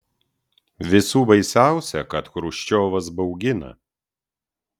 visų baisiausia kad chruščiovas baugina